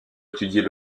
étudier